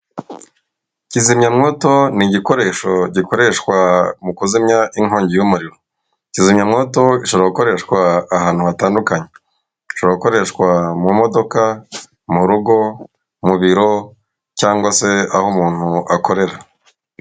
Kzimyamwoto ni igikoresho gikoreshwa mu kuzimya inkongi y'umuriro. Kizimyamwoto ishobora gukoreshwa ahantu hatandukanye. Ishobora gukoreshwa mu modoka, mu rugo, mu biro cyangwa se aho umuntu akorera.